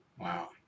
Wow